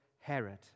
Herod